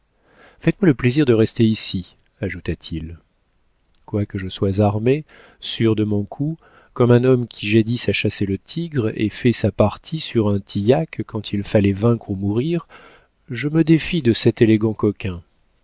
faites-moi le plaisir de rester ici ajouta-t-il quoique je sois armé sûr de mon coup comme un homme qui jadis a chassé le tigre et fait sa partie sur un tillac quand il fallait vaincre ou mourir je me défie de cet élégant coquin